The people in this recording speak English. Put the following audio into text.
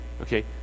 Okay